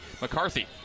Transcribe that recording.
McCarthy